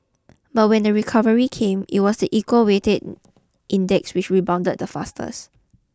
but when the recovery came it was the equal weighted index which rebounded the fastests